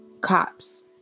cops